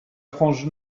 frange